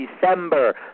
December